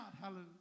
hallelujah